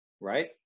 right